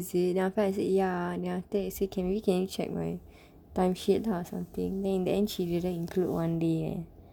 is it then after that I said ya then after I say maybe can we check my timesheet or something then in the end she didn't include one day leh